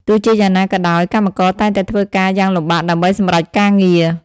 ទោះជាយ៉ាងណាក៏ដោយ កម្មករតែងតែធ្វើការយ៉ាងលំបាកដើម្បីសម្រេចការងារ។